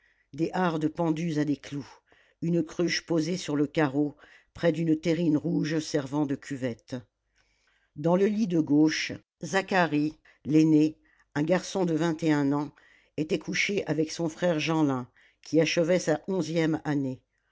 des hardes pendues à des clous une cruche posée sur le carreau près d'une terrine rouge servant de cuvette dans le lit de gauche zacharie l'aîné un garçon de vingt et un ans était couché avec son frère jeanlin qui achevait sa onzième année